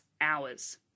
hours